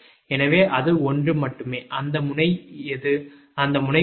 எனவே அது ஒன்று மட்டுமே அந்த முனை எது அந்த முனை 9